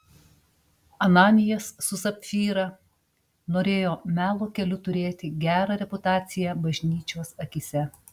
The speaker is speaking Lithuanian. ananijas su sapfyra norėjo melo keliu turėti gerą reputaciją bažnyčios akyse